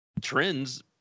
trends